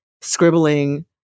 scribbling